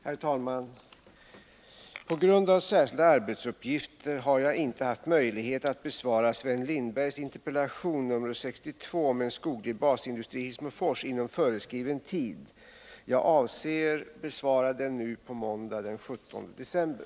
Herr talman! På grund av särskilda arbetsuppgifter har jag inte haft möjlighet att inom föreskriven tid besvara Sven Lindbergs interpellation nr 62 om en skoglig basindustri i Hissmofors. Jag avser att besvara den måndagen den 17 december.